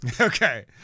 Okay